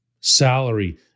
salary